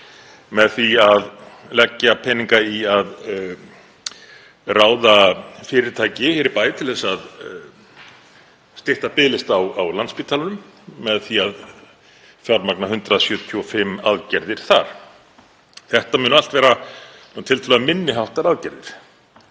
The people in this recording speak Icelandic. með því að leggja peninga í að ráða fyrirtæki hér í bæ til að stytta biðlista á Landspítalanum með því að fjármagna 175 aðgerðir þar. Þetta munu allt vera tiltölulega minni háttar aðgerðir.